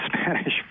spanish